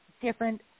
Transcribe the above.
different